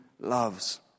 loves